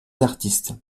artistes